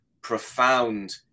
profound